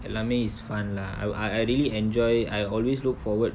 எல்லாமே:ellamae is fun lah I I really enjoy I always look forward